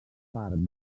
part